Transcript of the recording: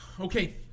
Okay